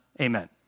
Amen